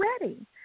ready